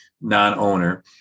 non-owner